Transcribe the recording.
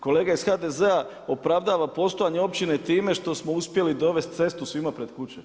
Kolega iz HDZ-a opravdava postojanje općine time što smo uspjeli dovesti cestu svima pred kuće.